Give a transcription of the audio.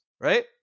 right